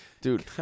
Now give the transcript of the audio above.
dude